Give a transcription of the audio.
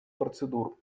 процедур